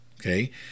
Okay